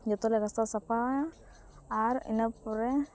ᱡᱚᱛᱚᱞᱮ ᱜᱷᱟᱥᱟᱣ ᱥᱟᱯᱷᱟᱭᱟ ᱟᱨ ᱤᱱᱟᱹ ᱯᱚᱨᱮ